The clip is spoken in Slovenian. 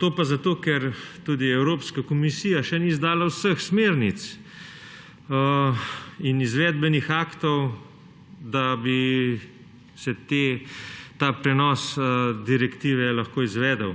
To pa zato, ker tudi Evropska komisija še ni izdala vseh smernic in izvedbenih aktov, da bi se ta prenos direktive lahko izvedel.